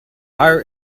higher